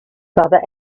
father